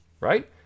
Right